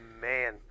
man